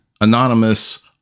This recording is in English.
anonymous